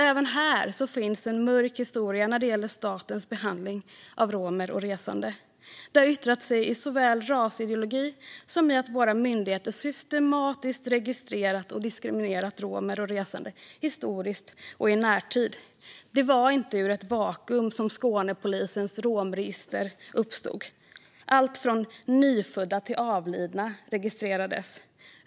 Även när det gäller statens behandling av romer och resande finns en mörk historia. Den har yttrat sig såväl i rasideologi som i att våra myndigheter systematiskt registrerat och diskriminerat romer och resande historiskt och i närtid. Det var inte ur ett vakuum som Skånepolisens romregister uppstod. Alltifrån nyfödda till avlidna registrerades.